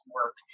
work